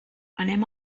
anem